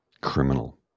criminal